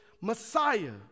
Messiah